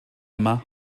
yma